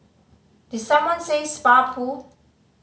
did someone say spa pool